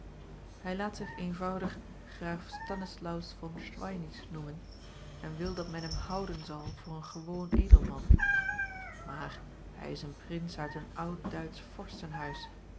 hij laat zich eenvoudig graaf stanislaus von schweinitz noemen en wil dat men hem houden zal voor een gewoon edelman maar hij is een prins uit een oud duitsch vorstenhuis